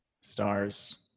stars